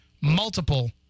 multiple